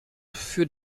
für